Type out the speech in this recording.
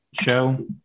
show